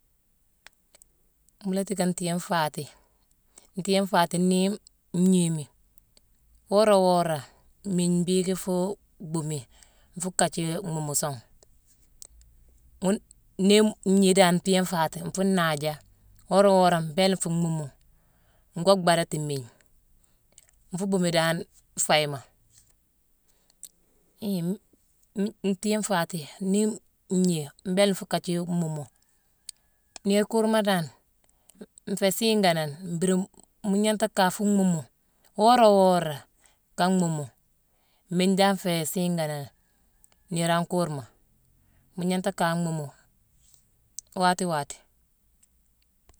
Muu la tiicka ntiiyé nfaatine. Ntiiyé nfaatine, nii ngniimi, wora-wora mmiigne bhiiki fuu bhuumi. Nfu kaji mhuumu song. Ghune nii ngnii dan ntiiyé nfaatine, nfuu naaja. Wora-wora mbééla nfuu mhuumu. Ngo bhaadati mmigne. Nfuu bhuumi dan fayema. Hii-m-mi-ntiiyéma nfaatine, nii ngnii, mbééla nfuu kaji mhuumu. Niir kuurma dan, nféé siiganane mbiri-mu gnanghta ka fuu mhuumu wora-wora ka mhuumu. Mmiigne dan nféé siiganane niiraa kuurma. Mu gnanghta ka mhuumu waatoo-waati.